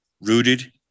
rooted